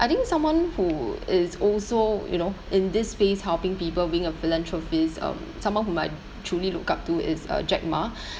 I think someone who is also you know in this phase helping people being a philanthropist um someone whom I truly look up to is uh jack ma